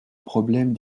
problème